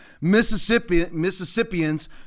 Mississippians